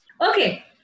Okay